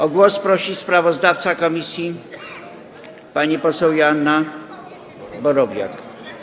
O głos prosi sprawozdawca komisji pani poseł Joanna Borowiak.